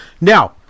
Now